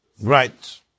Right